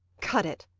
cut it!